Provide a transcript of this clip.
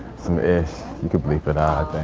some ish, you can bleep it out,